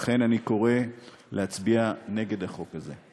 לכן, אני קורא להצביע נגד החוק הזה.